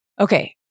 Okay